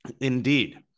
indeed